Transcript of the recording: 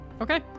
Okay